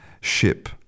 ship